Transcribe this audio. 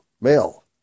Male